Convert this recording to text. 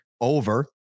over